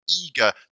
eager